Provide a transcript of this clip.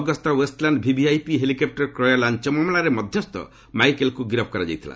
Agusta Westland VVIP helicopter କ୍ରୟ ଲାଞ୍ଚ ମାମଲାରେ ମଧ୍ୟସ୍ଥ ମାଇକେଲ୍କୁ ଗିରଫ୍ କରାଯାଇଛି